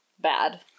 bad